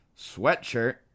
Sweatshirt